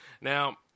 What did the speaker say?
Now